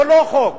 ללא חוק,